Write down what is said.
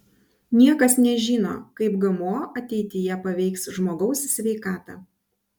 niekas nežino kaip gmo ateityje paveiks žmogaus sveikatą